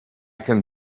can